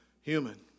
human